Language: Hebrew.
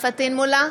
פטין מולא,